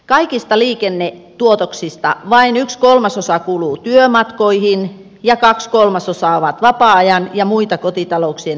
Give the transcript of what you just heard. kaikista liikennetuotoksista vain yksi kolmasosa kuluu työmatkoihin ja kaksi kolmasosaa on vapaa ajan ja muita kotitalouksien toimintamatkoja